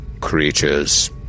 creatures